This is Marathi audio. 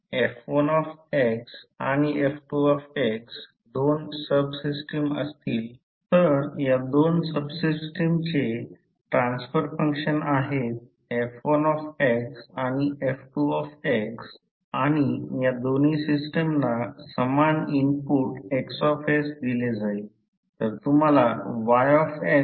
आता इलेक्ट्रिक सर्किट मध्ये रेजिस्टन्स R ओहम असतो मग्नेटिक सर्किटमध्ये तो रिल्यक्टन्स R हे अँपिअर टर्न पर वेबर आहे किंवा हेन्री किंवा रिसिप्रोकल असेल हेन्री म्हणजे H 1 किंवा 1 हेन्री असेल